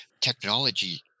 technology